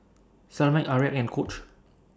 Similac Arai and Coach